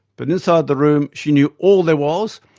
but inside the room she knew all there was,